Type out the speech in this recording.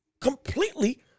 completely